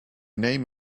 name